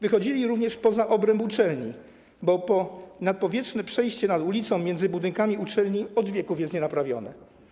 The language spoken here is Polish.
Wychodzili również poza obręb uczelni, bo nadpowietrzne przejście nad ulicą między budynkami uczelni od wieków jest nienaprawione.